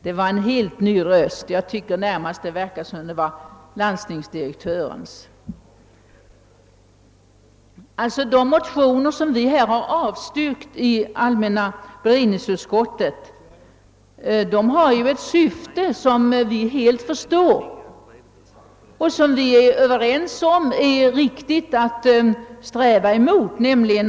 — Det var nu en helt ny röst som talade; jag tyckte närmast det verkade som om det var landstingsdirektörens. De motioner som vi inom allmänna beredningsutskottet i detta fall avstyrkt har ett syfte som vi helt förstår och som även vi anser det vara riktigt att sträva efter att förverkliga.